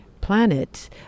planet